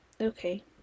Okay